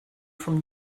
from